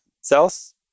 cells